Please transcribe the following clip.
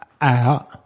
out